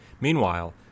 Meanwhile